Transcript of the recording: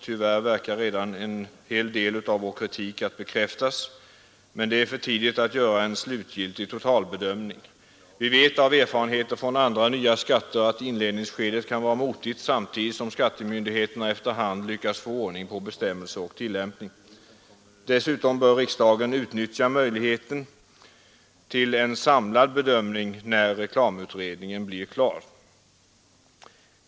Tyvärr verkar redan nu riktigheten av en hel del av vår kritik att bekräftas, men det är för tidigt att göra en slutgiltig total bedömning. Vi vet av erfarenheter från andra nya skatter, att inledningsskedet kan vara motigt men att skattemyndigheterna efter hand lyckas få ordning på bestämmelser och tillämpning. Dessutom bör riksdagen uttrycka möjligheten till en samlad bedömning när reklamutredningen blir klar.